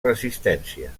resistència